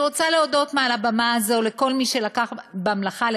אני רוצה להודות מעל הבמה הזאת לכל מי שלקח חלק במלאכה,